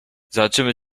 zobaczymy